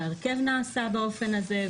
וההרכב נעשה באופן הזה,